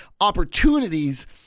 Opportunities